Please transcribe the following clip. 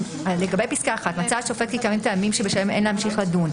לגבי פסקה (1) "מצא השופט כי קיימים טעמים בשלהם אין להמשיך לדון".